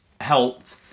helped